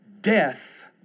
death